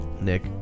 Nick